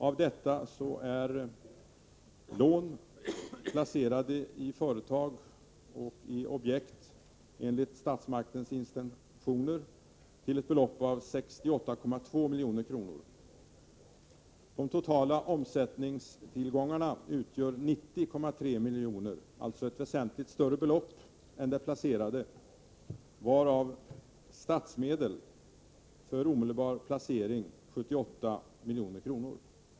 Av dessa uppgår lån som är placerade i företag och objekt enligt statsmakternas intentioner till ett belopp av 68,2 miljoner kronor. De totala omsättningstillgångarna uppgår till 90,3 miljoner, alltså ett väsentligt större belopp än de placerade, varav statsmedel för omedelbar placering utgör 78 milj.kr.